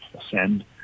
ascend